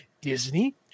Disney